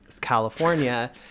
California